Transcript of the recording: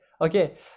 Okay